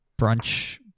brunch